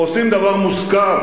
עושים דבר מושכל,